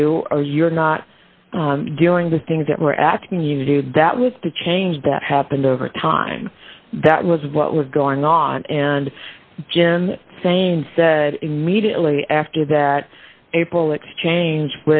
you or you're not doing the things that we're asking you to do that with the change that happened over time that was what was going on and jim sane said immediately after that april exchange